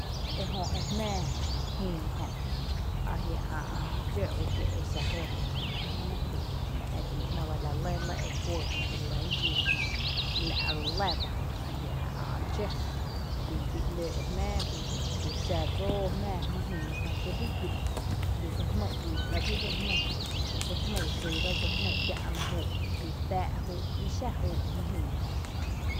Ejö e jmⱥⱥ jïï jö ajia’ ä’ dxe ú kí exa joo’ relí kí ‘ná’ ereíiná bá la lɇ lɇ ekuɇɇ jná ire lɇn juii jná, la’ ru lɇ ba bii pi ‘lóo’ jmɇɇ bii xa dsóo jmⱥⱥ jmý jïï jö kí bii guý’ bii dse jný ii’rá bíi dse jný, dse jný dsíra kiä’na júu’ bii tⱥⱥ’ júu’ bii xa júu’ jïï jö.